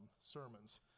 sermons